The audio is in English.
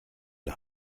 the